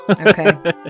Okay